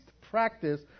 practice